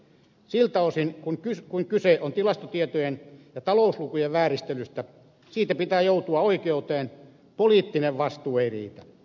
siltä osin kuin kyse on tilastotietojen ja talouslukujen vääristelystä siitä pitää joutua oikeuteen poliittinen vastuu ei riitä